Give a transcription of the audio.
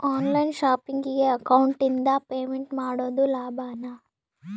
On line ಶಾಪಿಂಗಿಗೆ ಅಕೌಂಟಿಂದ payment ಮಾಡೋದು ಲಾಭಾನ?